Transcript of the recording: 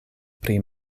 pri